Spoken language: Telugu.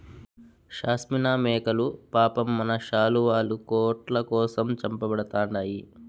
షాస్మినా మేకలు పాపం మన శాలువాలు, కోట్ల కోసం చంపబడతండాయి